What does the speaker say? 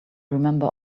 remember